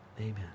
Amen